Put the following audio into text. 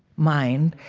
mind,